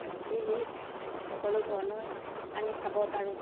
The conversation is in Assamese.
টি ভিত সকলো ধৰণৰে আমি চাব পাৰোঁ